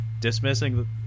dismissing